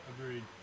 agreed